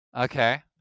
Okay